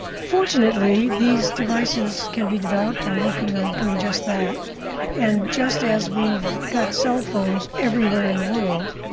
fortunately these devices can be developed. i'm working on doing just that and just as we've got cell phones everywhere in the world,